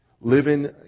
living